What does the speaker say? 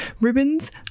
ribbons